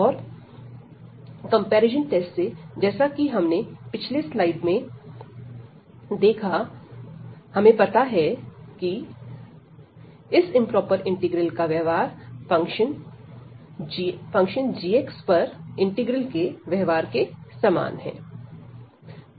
और comparison test से जैसा कि हमने पिछली स्लाइड्स में देखा हमें पता है की इस इंप्रोपर इंटीग्रल का व्यवहार फंक्शन g पर इंटीग्रल के व्यवहार के समान है